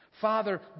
Father